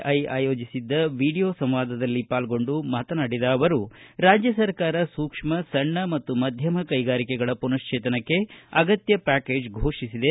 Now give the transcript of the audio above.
I ಆಯೋಜಿಸಿದ್ದ video ಸಂವಾದದಲ್ಲಿ ಪಾಲ್ಗೊಂಡು ಮಾತನಾಡಿದ ಅವರು ರಾಜ್ಯ ಸರ್ಕಾರ ಸೂಕ್ಷ್ಮ ಸಣ್ಣ ಮತ್ತು ಮಧ್ಯಮ ಕೈಗಾರಿಕೆಗಳ ಪುನಶ್ವೇತನಕ್ಕೆ ಅಗತ್ಯ ಪ್ಯಾಕೇಜ್ ಘೋಷಿಸಿದೆ